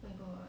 where got